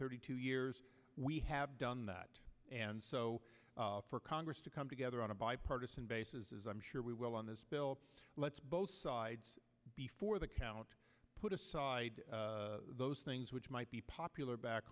thirty two years we have done that and so for congress to come together on a bipartisan basis as i'm sure we will on this bill let's both sides before the count put those things which might be popular back